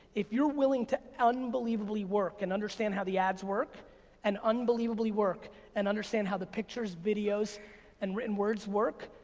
if you're willing to unbelievably work and understand how the ads work and unbelievably work and understand how the pictures, videos and written words work,